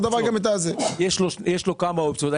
יש לו כמה אופציות.